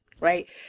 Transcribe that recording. right